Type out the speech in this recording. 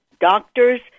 doctors